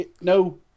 no